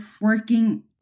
working